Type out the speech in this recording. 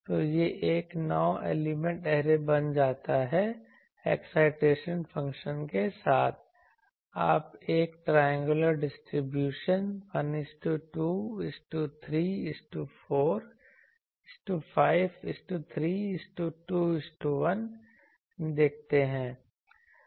तो यह एक नौ एलिमेंट ऐरे बन जाता है एक्साइटेशन फंक्शन के साथ आप एक ट्रायंगुलर डिस्ट्रीब्यूशन 1 2 3 4 5 3 2 1 देखते हैं